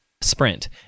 sprint